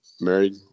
married